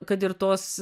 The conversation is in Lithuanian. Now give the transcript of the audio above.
kad ir tos